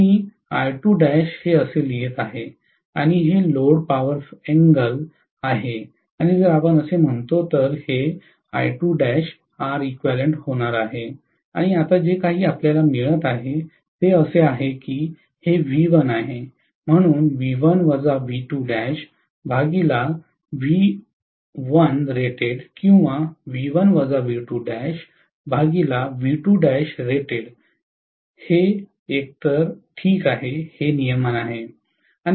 तर मी हे असे लिहीत आहे आणि हे लोड पॉवर फॅक्टर एंगल आहे आणि जर आपण असे म्हणतो तर हे होणार आहे आणि आता जे काही आपल्याला मिळत आहे ते असे आहे की हे V1 आहे म्हणून किंवा एकतर मार्ग ठीक आहे हे नियमन आहे